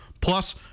Plus